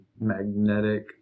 magnetic